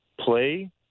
play